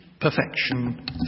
perfection